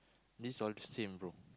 is all the same bro